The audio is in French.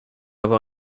avoir